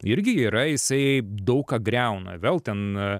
irgi yra jisai daug ką griauna vėl ten